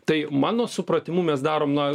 tai mano supratimu mes darom na